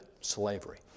slavery